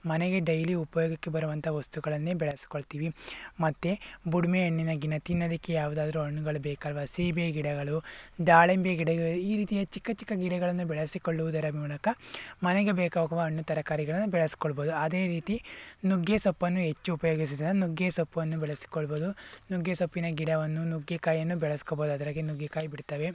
ಮನೆಗೆ ಡೈಲಿ ಉಪಯೋಗಕ್ಕೆ ಬರುವಂಥ ವಸ್ತುಗಳನ್ನೇ ಬೆಳೆಸ್ಕೊಳ್ತೀವಿ ಮತ್ತೆ ಬುಡ್ಮೆ ಹಣ್ಣಿನ ಗಿನ ತಿನ್ನೋದಕ್ಕೆ ಯಾವುದಾದರೂ ಹಣ್ಣುಗಳು ಬೇಕಾಗ ಸೀಬೆ ಗಿಡಗಳು ದಾಳಿಂಬೆ ಗಿಡ ಈ ರೀತಿಯ ಚಿಕ್ಕ ಚಿಕ್ಕ ಗಿಡಗಳನ್ನು ಬೆಳಸಿಕೊಳ್ಳುವುದರ ಮೂಲಕ ಮನೆಗೆ ಬೇಕಾಗುವ ಹಣ್ಣು ತರಕಾರಿಗಳನ್ನು ಬೆಳೆಸ್ಕೊಳ್ಬೋದು ಅದೇ ರೀತಿ ನುಗ್ಗೆಸೊಪ್ಪನ್ನು ಹೆಚ್ಚು ಉಪಯೋಗಿಸುವುದನ್ನು ನುಗ್ಗೆಸೊಪ್ಪನ್ನು ಬೆಳೆಸಿಕೊಳ್ಬೋದು ನುಗ್ಗೆಸೊಪ್ಪಿನ ಗಿಡವನ್ನು ನುಗ್ಗೆಕಾಯಿಯನ್ನು ಬೆಳೆಸ್ಕೋಬೋದು ಅದರಾಗೆ ನುಗ್ಗೆಕಾಯಿ ಬಿಡ್ತಾವೆ